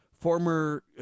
former